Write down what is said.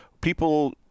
people